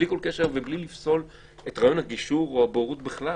בלי כל קשר ובלי לפסול את רעיון הגישור או הבוררות בכלל,